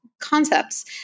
concepts